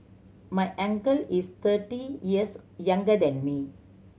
my uncle is thirty years younger than me